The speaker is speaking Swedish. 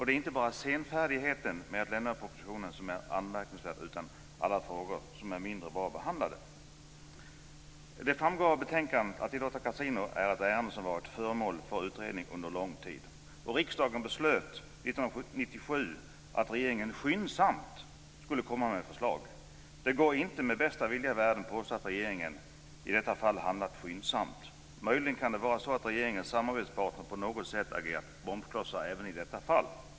Det är inte bara senfärdigheten med att lämna propositionen som är anmärkningsvärd, utan det gäller också alla frågor som är mindre bra behandlade. Det framgår av betänkandet att ärendet om att tilllåta kasinon har varit föremål för utredning under lång tid. Riksdagen beslöt 1997 att regeringen "skyndsamt" skulle komma med förslag. Det går inte att med bästa vilja i världen påstå att regeringen i detta fall handlat skyndsamt. Möjligen kan det vara så att regeringens samarbetspartner på något sätt har agerat bromsklossar även i detta fall.